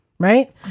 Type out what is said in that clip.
right